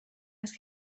است